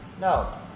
No